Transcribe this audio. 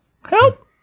Help